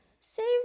Save